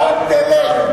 אל תלך.